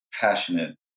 passionate